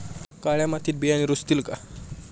काळ्या मातीत बियाणे रुजतील का?